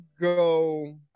go